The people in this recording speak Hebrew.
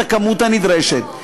את הכמות הנדרשת.